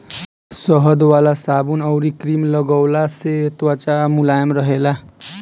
शहद वाला साबुन अउरी क्रीम लगवला से त्वचा मुलायम रहेला